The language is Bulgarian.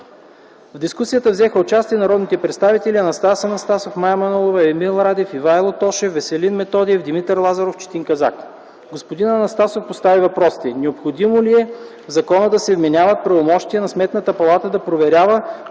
В дискусията взеха участие народните представители Анастас Анастасов, Мая Манолова, Емил Радев, Ивайло Тошев, Веселин Методиев, Димитър Лазаров и Четин Казак. Господин Анастасов постави въпросите: Необходимо ли е в закона да се вменяват правомощия на Сметната палата да проверява